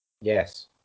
Yes